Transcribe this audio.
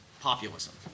populism